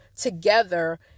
together